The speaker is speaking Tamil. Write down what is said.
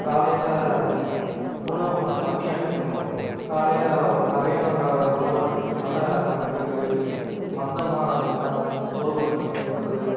காலையில் உணவு வந்து கம்மியாக எடுத்துக்கணும் காலையில் நிறையா நம்ம உணவு எடுத்துக்குறனால் நம்மளுக்கு மந்தமாக சா சோர்வுத்தன்மை ஏற்படுது